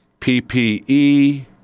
PPE